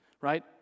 right